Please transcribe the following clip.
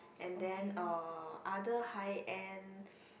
and then uh other high end